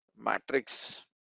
Matrix